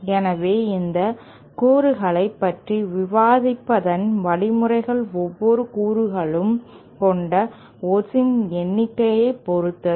எனவே இந்த கூறுகளைப் பற்றி விவாதிப்பதன் வழிமுறை ஒவ்வொரு கூறுகளும் கொண்ட ஓட்ஸின் எண்ணிக்கையை பொருத்தது